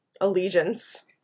allegiance